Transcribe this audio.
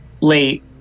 late